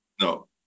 No